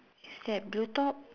is like blue top